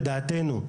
לדעתנו,